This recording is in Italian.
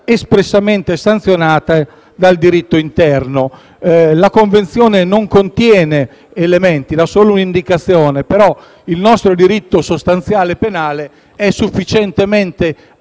espressamente sanzionata dal diritto interno. La Convenzione non contiene elementi, dà solo un'indicazione, ma il nostro diritto sostanziale penale è sufficientemente ampio